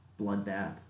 bloodbath